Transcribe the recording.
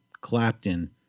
Clapton